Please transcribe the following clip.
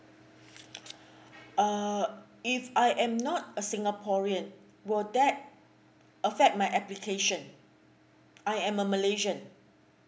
err if I am not a singaporean will that affect my application I am a malaysian